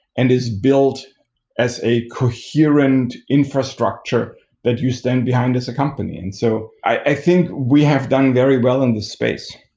and is built as a coherent infrastructure that you stand behind as a company. and so i think we have done very well in this space.